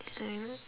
and